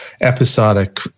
episodic